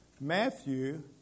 Matthew